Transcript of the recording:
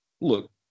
Look